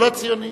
ולא ציוני.